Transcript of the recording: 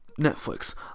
Netflix